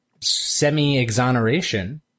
semi-exoneration